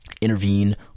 intervene